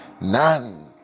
None